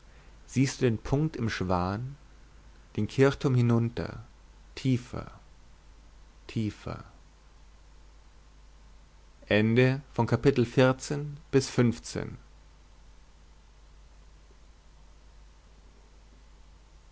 siehst du den punkt im schwan den kirchturm hin unter tiefer tiefer